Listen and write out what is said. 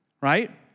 right